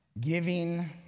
Giving